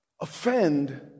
offend